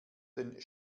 den